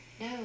No